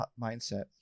mindset